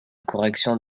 correction